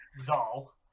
Zal